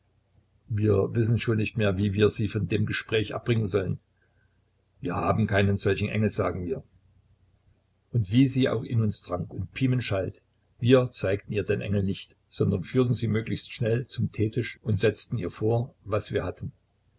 wir wissen schon nicht mehr wie wir sie von dem gespräch abbringen sollen wir haben keinen solchen engel sagen wir und wie sie auch in uns drang und pimen schalt wir zeigten ihr den engel nicht sondern führten sie möglichst schnell zum teetisch und setzten ihr vor was wir hatten